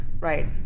Right